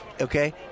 Okay